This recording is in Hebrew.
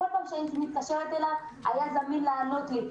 הוא היה זמין לענות לי,